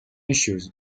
issues